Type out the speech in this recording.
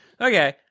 Okay